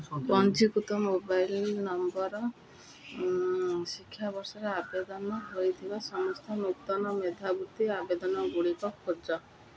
ପଞ୍ଜୀକୃତ mobile number ଶିକ୍ଷାବର୍ଷରେ ଆବେଦନ ହୋଇଥିବା ସମସ୍ତ ନୂତନ ମେଧାବୃତ୍ତି ଆବେଦନ ଗୁଡ଼ିକ ଖୋଜ